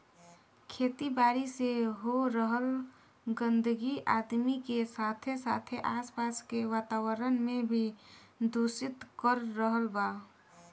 खेती बारी से हो रहल गंदगी आदमी के साथे साथे आस पास के वातावरण के भी दूषित कर रहल बा